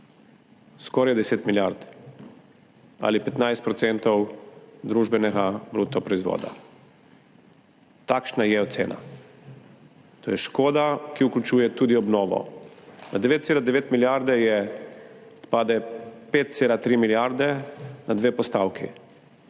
skoraj 10 milijard ali 15 % bruto družbenega proizvoda. Takšna je ocena. To je škoda, ki vključuje tudi obnovo. Od 9,9 milijarde pade 5,3 milijarde na dve postavki,